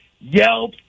yelp